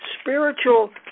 spiritual